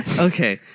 Okay